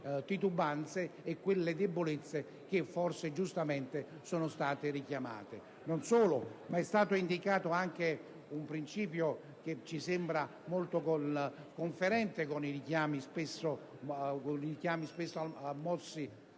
titubanze e a quelle debolezze che forse giustamente sono state richiamate. È stato indicato anche un principio che ci sembra molto conferente con i richiami presenti